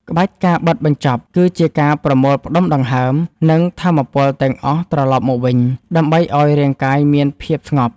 ក្បាច់ ការបិទបញ្ចប់ គឺជាការប្រមូលផ្ដុំដង្ហើម និងថាមពលទាំងអស់ត្រឡប់មកវិញ ដើម្បីឱ្យរាងកាយមានភាពស្ងប់។